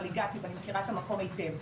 אבל הגעתי ואני מכירה את המקום הייטב,